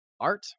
art